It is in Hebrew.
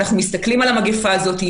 אנחנו מסתכלים על המגפה הזאת,